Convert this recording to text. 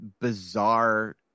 bizarre